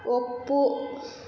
ಒಪ್ಪು